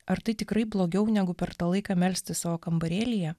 ar tai tikrai blogiau negu per tą laiką melstis savo kambarėlyje